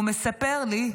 והוא מספר לי: